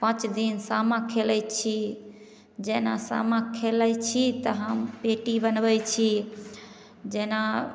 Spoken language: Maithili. पाँच दिन सामा खेलै छी जेना सामा खेलै छी तऽ हम पेटी बनबै छी जेना